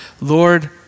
Lord